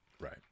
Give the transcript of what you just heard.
Right